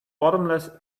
bottomless